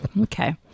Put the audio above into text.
Okay